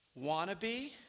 wannabe